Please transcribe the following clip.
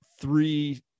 three